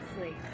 sleep